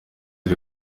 iri